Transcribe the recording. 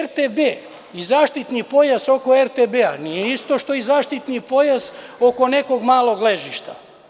RTB i zaštitni pojas oko RTB-a nije isto što i zaštitni pojas oko nekog malog ležišta.